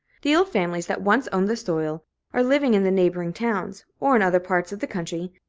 the old families that once owned the soil are living in the neighboring towns, or in other parts of the country,